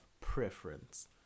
preference